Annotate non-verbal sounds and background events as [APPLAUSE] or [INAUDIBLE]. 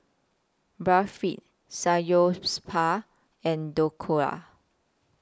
Barfi [UNINTELLIGIBLE] and Dhokla